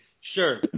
Sure